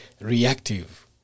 reactive